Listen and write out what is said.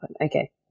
okay